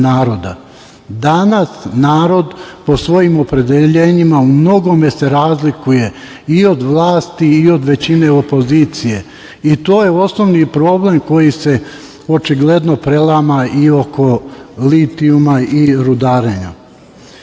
Danas narod po svojim opredeljenjima u mnogome se razlikuje i od vlasti i od većine opozicije i to je osnovni problem koji se očigledno prelama i oko litijuma i rudarenja. Što